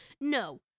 No